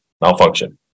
malfunction